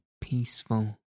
peaceful